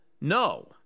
No